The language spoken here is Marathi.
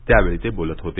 त्यावेळी ते बोलत होते